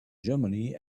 germany